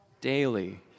daily